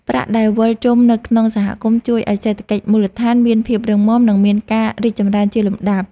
ប្រាក់ដែលវិលជុំនៅក្នុងសហគមន៍ជួយឱ្យសេដ្ឋកិច្ចមូលដ្ឋានមានភាពរឹងមាំនិងមានការរីកចម្រើនជាលំដាប់។